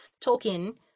tolkien